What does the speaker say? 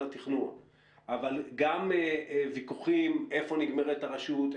התכנון אבל גם ויכוחים איפה נגמרת הרשות,